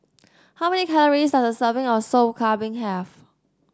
how many calories does a serving of Sop Kambing have